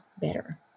better